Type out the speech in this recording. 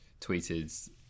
tweeted